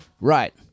Right